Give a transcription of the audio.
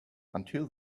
until